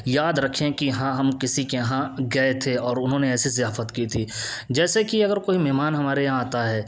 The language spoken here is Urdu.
یاد رکھیں کہ ہاں ہم کسی کے یہاں گئے تھے اور انہوں نے ایسی ضیافت کی تھی جیسے کہ اگر کوئی مہمان ہمارے یہاں آتا ہے